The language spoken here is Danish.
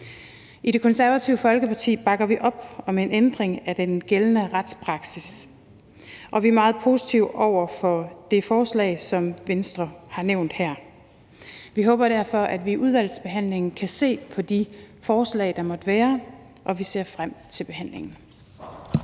I Det Konservative Folkeparti bakker vi op om en ændring af den gældende retspraksis, og vi er meget positive over for det forslag, som Venstre her har nævnt. Vi håber derfor, at vi i udvalgsbehandlingen kan se på de forslag, der måtte være, og vi ser frem til behandlingen.